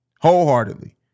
wholeheartedly